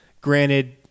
Granted